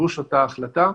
לגיבוש אותה החלטה,